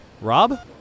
Rob